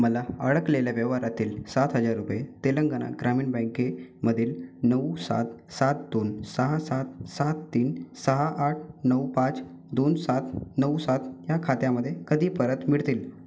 मला अडकलेल्या व्यवहारातील सात हजार रुपये तेलंगणा ग्रामीण बँकेमधील नऊ सात सात दोन सहा सात सात तीन सहा आठ नऊ पाच दोन सात नऊ सात ह्या खात्यामध्ये कधी परत मिळतील